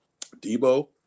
Debo